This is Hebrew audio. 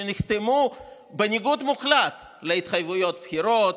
שנחתמו בניגוד מוחלט להתחייבויות בבחירות,